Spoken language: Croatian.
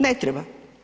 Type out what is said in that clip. Ne treba.